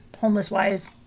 homeless-wise